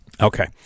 Okay